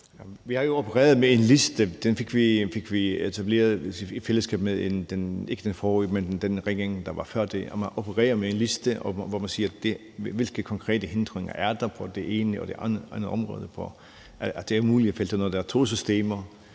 Vi har jo opereret med en liste. Den fik vi etableret i fællesskab med den regering, der var før den forrige regering. Man opererer med en liste over, hvilke konkrete hindringer der er på det ene og det andet område for, at det er muligt at finde sådan noget. Når der er to systemer,